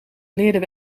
leerden